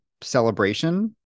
celebration